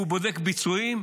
והוא בודק ביצועים,